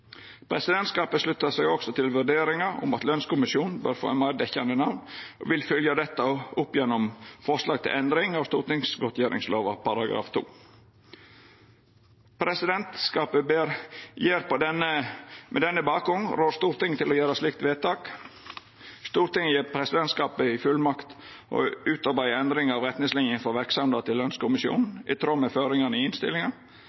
Presidentskapet sluttar seg også til vurderinga om at lønskommisjonen bør få eit meir dekkjande namn, og vil følgje opp dette gjennom forslag til endring av stortingsgodtgjeringslova § 2. Presidentskapet rår med denne bakgrunnen Stortinget til å gjera følgjande vedtak: «Stortinget gir presidentskapet fullmakt til å utarbeide endringar av retningslinjene for verksemda til Stortingets lønskommisjon i tråd med føringane i innstillinga.»